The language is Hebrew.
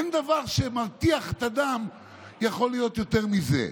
אין דבר שיכול להרתיח את הדם יותר מזה.